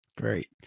Great